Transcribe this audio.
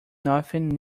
nothing